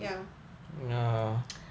ya